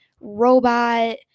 Robot